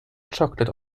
chocolate